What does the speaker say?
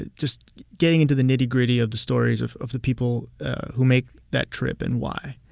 just getting into the nitty-gritty of the stories of of the people who make that trip and why.